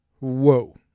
whoa